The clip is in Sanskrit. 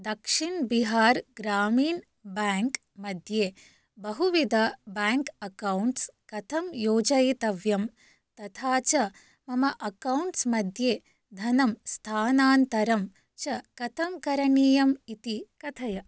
दक्षिण् बिहार् ग्रामीन् बेङ्क् मध्ये बहुविध बेङ्क् अकौण्ट्स् कथं योजयितव्यं तथा च मम अकौण्ट्स् मध्ये धनं स्थानान्तरं च कथं करणीयम् इति कथय